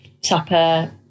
supper